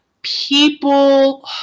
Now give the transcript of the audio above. people